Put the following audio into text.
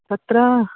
तत्र